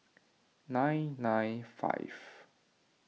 nine nine five